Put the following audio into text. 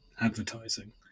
advertising